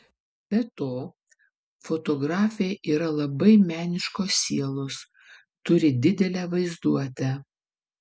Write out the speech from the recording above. be to fotografė yra labai meniškos sielos turi didelę vaizduotę